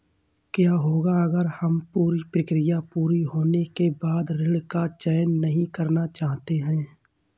क्या होगा अगर हम पूरी प्रक्रिया पूरी होने के बाद ऋण का चयन नहीं करना चाहते हैं?